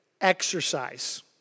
Exercise